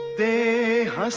the